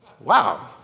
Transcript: wow